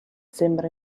sembra